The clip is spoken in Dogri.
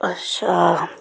अच्छा